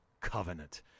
covenant